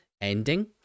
ending